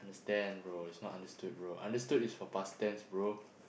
stand bro it's not understood bro understood is for past tense bro